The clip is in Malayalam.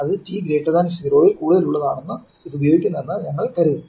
ഇത് t0 ൽ കൂടുതലുള്ളതിനാണ് ഇത് ഉപയോഗിക്കുന്നതെന്ന് ഞങ്ങൾ കരുതുന്നു